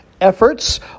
efforts